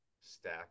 stack